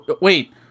Wait